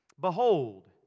Behold